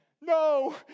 no